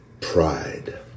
pride